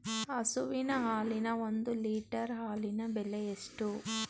ಹಸುವಿನ ಹಾಲಿನ ಒಂದು ಲೀಟರ್ ಹಾಲಿನ ಬೆಲೆ ಎಷ್ಟು?